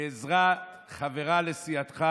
בעזרה של חברה לסיעתך